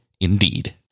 indeed